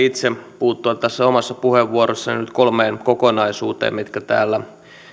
itse puuttua tässä omassa puheenvuorossani nyt kolmeen kokonaisuuteen mitkä täällä